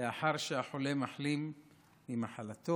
לאחר שהחולה מחלים ממחלתו,